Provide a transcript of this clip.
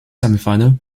semifinal